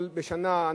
בשנה,